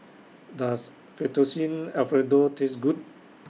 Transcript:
Does Fettuccine Alfredo Taste Good